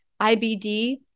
IBD